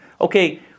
okay